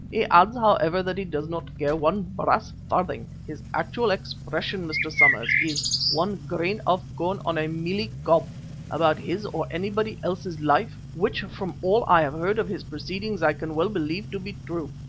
he adds, however, that he does not care one brass farthing his actual expression, mr. somers, is one grain of corn on a mealie-cob' about his or anybody else's life, which from all i have heard of his proceedings i can well believe to be true.